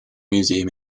museum